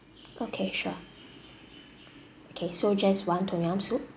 okay sure okay so just one tom yum soup